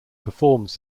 performs